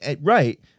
Right